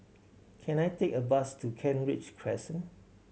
can I take a bus to Kent Ridge Crescent